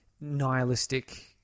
nihilistic